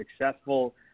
successful